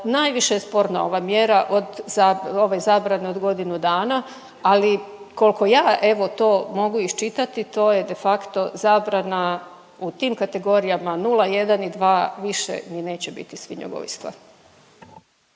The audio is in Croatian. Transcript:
Najviše je sporna ova mjera od zabrane od godinu dana ali koliko ja evo to mogu iščitati to je de facto zabrana u tim kategorijama 0, 1 i 2 više ni neće biti svinjogojstva.